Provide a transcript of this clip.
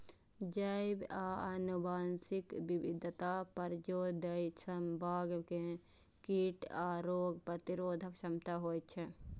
जैव आ आनुवंशिक विविधता पर जोर दै सं बाग मे कीट आ रोग प्रतिरोधक क्षमता होइ छै